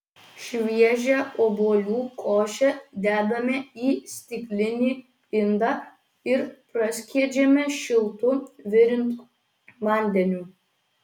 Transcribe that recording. šviežią obuolių košę dedame į stiklinį indą ir praskiedžiame šiltu virintu vandeniu